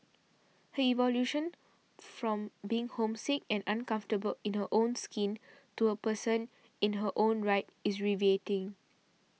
her evolution from being homesick and uncomfortable in her own skin to a person in her own right is riveting